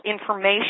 information